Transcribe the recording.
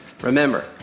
Remember